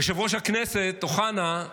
יושב-ראש הכנסת אוחנה,